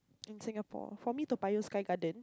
in Singapore for me Toa-Payoh Sky-Garden